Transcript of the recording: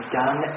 done